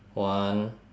one